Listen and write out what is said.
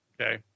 okay